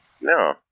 No